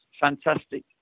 Fantastic